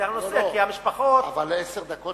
אבל עשר דקות